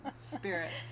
spirits